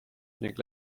ning